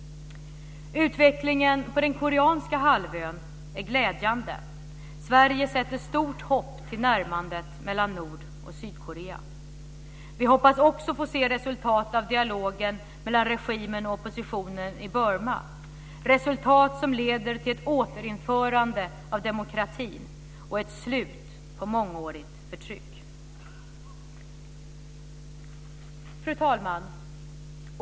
Utvecklingen på den koreanska halvön är glädjande. Sverige sätter stort hopp till närmandet mellan Vi hoppas också att få se resultat av dialogen mellan regimen och oppositionen i Burma - resultat som leder till ett återinförande av demokratin, och ett slut på mångårigt förtryck. Fru talman!